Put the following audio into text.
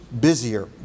busier